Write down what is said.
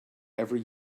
every